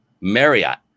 Marriott